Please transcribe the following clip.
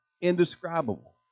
indescribable